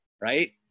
right